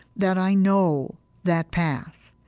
that i know that path,